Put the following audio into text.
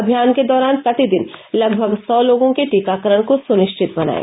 अभियान के दौरान प्रतिदिन लगभग सौ लोगों के टीकाकरण को सुनिश्चित बनायें